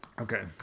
Okay